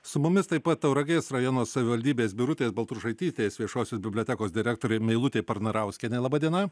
su mumis taip pat tauragės rajono savivaldybės birutės baltrušaitytės viešosios bibliotekos direktorė meilutė parnarauskienė laba diena